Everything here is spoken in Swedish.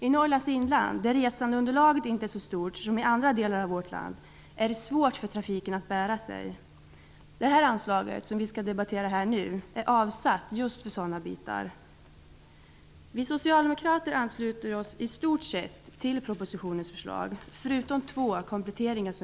I Norrlands inland, där resandeunderlaget inte är så stort som i andra delar av vårt land, är det svårt för trafiken att bära sig. Det anslag vi skall debattera nu är avsatt just för sådana sträckor. Vi socialdemokrater ansluter oss i stort sett till propositionens förslag, men vi har två kompletteringar.